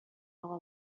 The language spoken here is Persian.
اقا